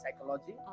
psychology